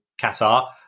Qatar